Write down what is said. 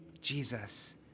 Jesus